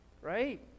right